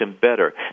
better